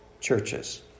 churches